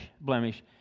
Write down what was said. blemish